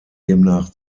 demnach